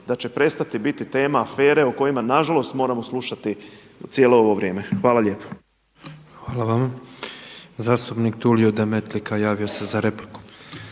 da će prestati biti tema afere o kojima nažalost moramo slušati cijelo ovo vrijeme. Hvala lijepa. **Petrov, Božo (MOST)** Hvala vama. Zastupnik Tulio Demetlika javio se za repliku.